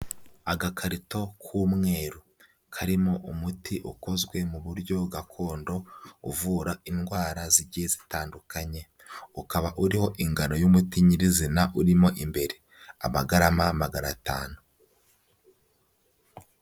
Agakarito k'umweru. Karimo umuti ukozwe mu buryo gakondo, uvura indwara zigiye zitandukanye. Ukaba uriho ingano y'umuti nyirizina urimo imbere. Amagarama magana atanu.